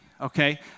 Okay